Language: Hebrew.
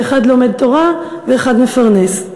שאחד לומד תורה ואחד מפרנס.